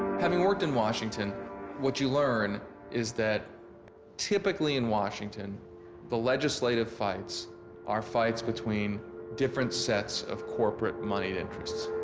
having worked in washington what you learn is that typically in washington the legislative fights are fights between different sets of corporate money interests.